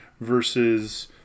versus